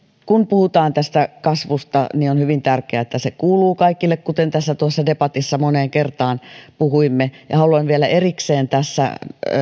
kun puhutaan tästä kasvusta niin on hyvin tärkeää että se kuuluu kaikille kuten tuossa debatissa moneen kertaan puhuimme haluan vielä erikseen tässä